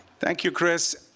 thank you, chris.